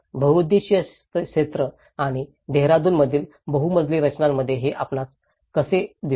बहुउद्देशीय क्षेत्रे आणि देहरादूनमधील बहु मजली रचनांमध्ये हे आपल्यास हे कसे दिसते